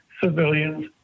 civilians